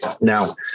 Now